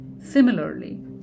Similarly